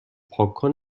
پاکن